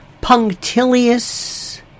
punctilious